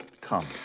come